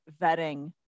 vetting